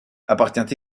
appartient